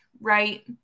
Right